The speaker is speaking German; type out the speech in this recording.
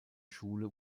schule